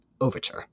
Overture